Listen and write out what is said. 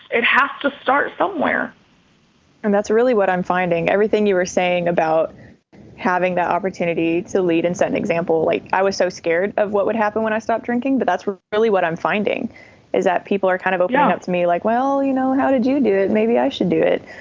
it has to start somewhere and that's really what i'm finding. everything you were saying about having the opportunity to lead and set an example like i was so scared of what would happen when i stopped drinking. but that's really what i'm finding is that people are kind of. yeah that's me. like, well, you know, how did you do it? maybe i should do it.